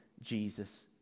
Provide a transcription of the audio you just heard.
jesus